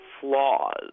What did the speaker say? flaws